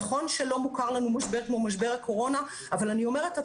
נכון שלא מוכר לנו משבר כמו משבר הקורונה אבל אני אומרת,